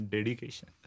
Dedication